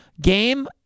Game